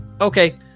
Okay